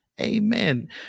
amen